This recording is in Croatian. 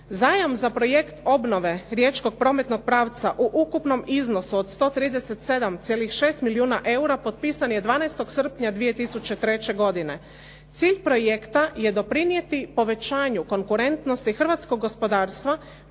Zajam za Projekt obnove riječkog prometnog pravca u ukupnom iznosu od 137,6 milijuna eura potpisan je 12. srpnja 2003. godine. Cilj projekta je doprinijeti povećanju konkurentnosti hrvatskog gospodarstva